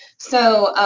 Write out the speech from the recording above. so,